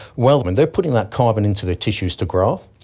well, when they are putting that carbon into the tissues to grow,